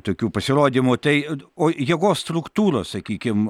tokių pasirodymų tai o jėgos struktūros sakykim